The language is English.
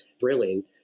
Brilliant